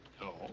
No